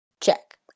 check